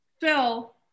Phil